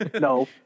No